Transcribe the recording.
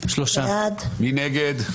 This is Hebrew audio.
מי נגד?